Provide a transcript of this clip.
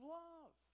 love